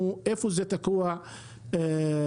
ואיפה זה תקוע בדיוק.